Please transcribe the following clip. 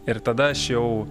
ir tada aš jau